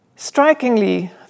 Strikingly